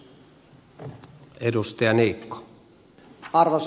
arvoisa puhemies